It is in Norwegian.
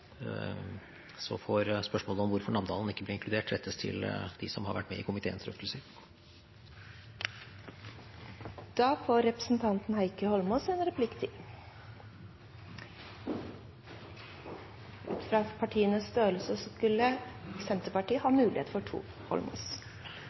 Så får spørsmålet om hvorfor Namdalen ikke ble inkludert, rettes til dem som har vært med i komiteens drøftelser. Da får representanten Heikki Eidsvoll Holmås en replikk til. Etter partienes størrelse skulle Senterpartiet ha